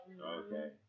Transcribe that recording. Okay